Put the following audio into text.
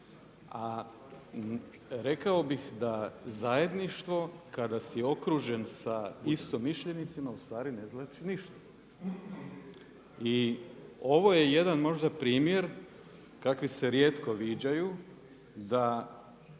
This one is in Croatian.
a rekao bih da zajedništvo kada si okružen sa istomišljenicima u stvari ne znači ništa. I ovo je jedan možda primjer kakvi se rijetko viđaju da